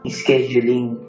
scheduling